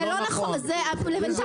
רבותיי,